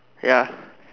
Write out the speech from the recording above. ya